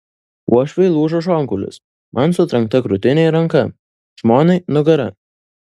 uošviui lūžo šonkaulis man sutrenkta krūtinė ir ranka žmonai nugara